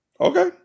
Okay